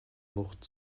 wucht